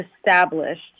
established